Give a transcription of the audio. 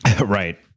Right